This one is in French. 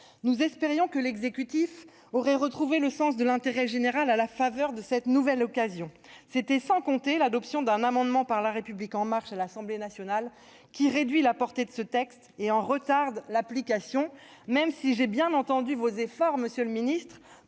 Nous espérions que l'exécutif avait retrouvé le sens de l'intérêt général à la faveur de cette nouvelle occasion. C'était sans compter l'adoption d'un amendement, par La République En Marche à l'Assemblée nationale, qui tend à réduire la portée de ce texte et à en retarder l'application. Je vous ai bien écouté, monsieur le secrétaire